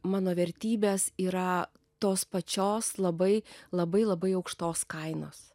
mano vertybės yra tos pačios labai labai labai aukštos kainos